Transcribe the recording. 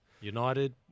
United